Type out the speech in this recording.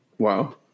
Wow